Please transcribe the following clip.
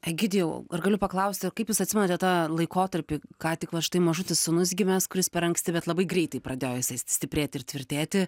egidijau ar galiu paklausti kaip jūs atsimenate tą laikotarpį ką tik vat štai mažutis sūnus gimęs kuris per anksti bet labai greitai pradėjo stiprėti ir tvirtėti